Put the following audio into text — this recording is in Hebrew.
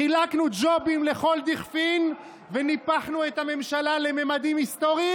חילקנו ג'ובים לכל דכפין וניפחנו את הממשלה לממדים היסטוריים?